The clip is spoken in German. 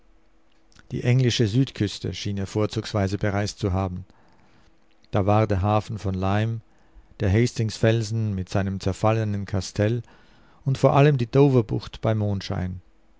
die englische südküste schien er vorzugsweise bereist zu haben da war der hafen von lyme der hastingsfelsen mit seinem zerfallenen kastell und vor allem die dover bucht bei mondschein